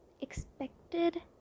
expected